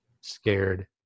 Scared